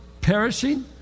perishing